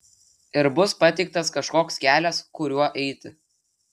ir bus pateiktas kažkoks kelias kuriuo eiti